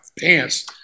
pants –